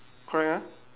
correct ah